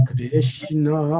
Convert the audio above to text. Krishna